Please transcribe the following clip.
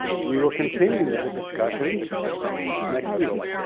we will continue the discussions next week.